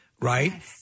Right